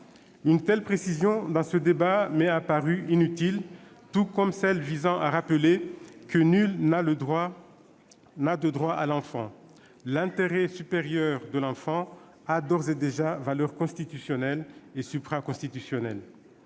Une telle précision dans ce débat m'est apparue inutile, tout comme celle qui vise à rappeler que nul n'a de droit à l'enfant. L'intérêt supérieur de l'enfant a d'ores et déjà valeur constitutionnelle et supraconstitutionnelle.